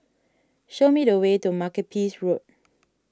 show me the way to Makepeace Road